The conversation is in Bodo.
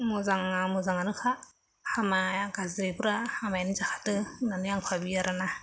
मोजांआ मोजांआनोखा हामाया गाज्रिफोरा गाज्रियानो जाखादों होननायानो आं साने आरोना